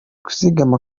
kuzigama